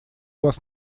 вас